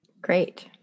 Great